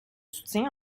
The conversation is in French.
soutien